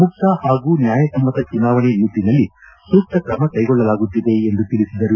ಮುಕ್ತ ಹಾಗೂ ನ್ಯಾಯ ಸಮ್ಮತ ಚುನಾವಣೆ ನಿಟ್ಟನಲ್ಲಿ ಸೂಕ್ತ ಕ್ರಮ ಕೈಗೊಳ್ಳಲಾಗುತ್ತಿದೆ ಎಂದು ತಿಳಿಸಿದರು